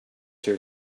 her